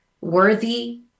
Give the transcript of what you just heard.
worthy